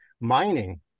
mining